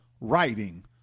writing